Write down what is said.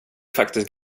faktiskt